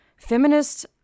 feminists